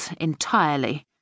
entirely